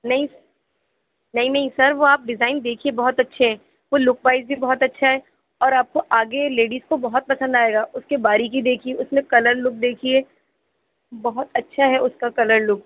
نہیں نہیں نہیں سر وہ آپ ڈیزائن دیکھیے بہت اچھے ہیں وہ لک وائز بھی بہت اچھا ہے اور آپ کو آگے لیڈیز کو بہت پسند آئے گا اُس کے باریکی دیکھیے اُس میں کلر لک دیکھیے بہت اچھا ہے اُس کا کلر لک